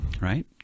Right